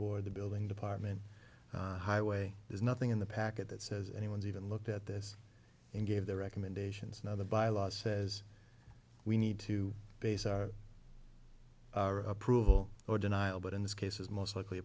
board the building department highway there's nothing in the packet that says anyone's even looked at this and gave their recommendations another by law says we need to base our approval or denial but in this case is most likely